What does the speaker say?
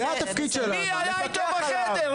מי היה איתו בחדר?